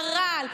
הרעל,